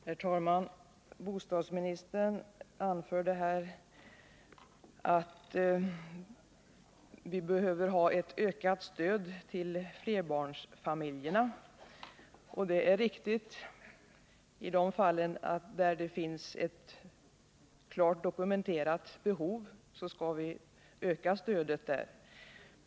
Herr talman! Bostadsministern anförde här att vi behöver ha ett ökat stöd till flerbarnsfamiljerna. Det är riktigt. I de fall där det finns ett klart dokumenterat behov skall vi öka stödet.